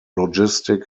logistic